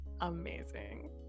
Amazing